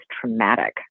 traumatic